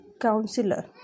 counselor